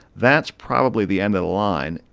that's probably the end of the line.